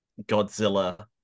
godzilla